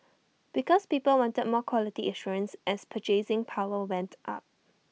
because people wanted more quality assurance as purchasing power went up